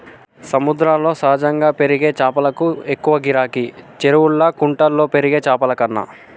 సముద్రాల్లో సహజంగా పెరిగే చాపలకు ఎక్కువ గిరాకీ, చెరువుల్లా కుంటల్లో పెరిగే చాపలకన్నా